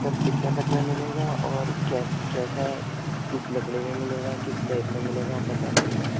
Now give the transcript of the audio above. سرکتنے تک میں ملے گا اور کے کیسا کس لکڑی میں ملے گا کس ٹائپ میں ملے گا آپ بتا سکتے ہیں